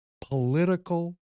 political